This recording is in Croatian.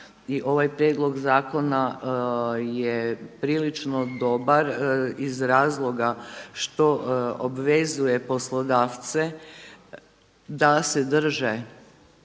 I ovaj prijedlog zakona je prilično dobar iz razloga što obvezuje poslodavce da se drže